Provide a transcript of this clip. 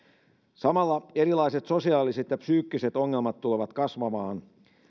samalla erilaiset sosiaaliset ja psyykkiset ongelmat tulevat kasvamaan